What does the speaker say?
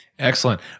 Excellent